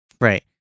Right